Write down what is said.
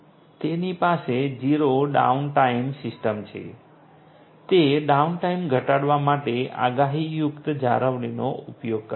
તેની પાસે zero downtime system છે તે ડાઉનટાઇમ ઘટાડવા માટે આગાહીયુક્ત જાળવણીનો ઉપયોગ કરે છે